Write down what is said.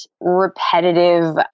repetitive